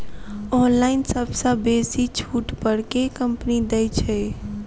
Online सबसँ बेसी छुट पर केँ कंपनी दइ छै?